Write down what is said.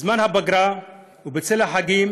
בזמן הפגרה ובצל החגים